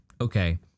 Okay